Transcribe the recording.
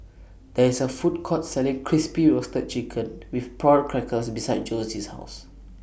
There IS A Food Court Selling Crispy Roasted Chicken with Prawn Crackers beside Josie's House